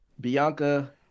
Bianca